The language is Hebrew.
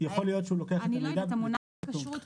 הוראות סעיף 7/ד' יחולו לעניין ביטול את התלייה של אישור בשינויים